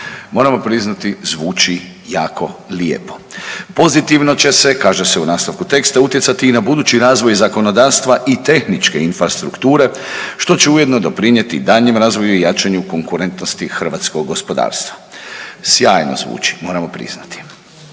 Moramo priznati, zvuči jako lijepo. Pozitivno će se, kaže se u nastavku teksta utjecati i na budući razvoj zakonodavstva i tehničke infrastrukture, što će ujedno doprinijeti daljnjem razvoju i jačanju konkurentnosti Hrvatskog gospodarstva. Sjajno zvuči, moramo priznati.